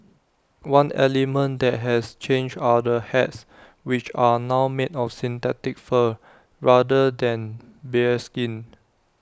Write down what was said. one element that has changed are the hats which are now made of synthetic fur rather than bearskin